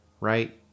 right